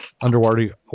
Underwater